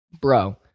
bro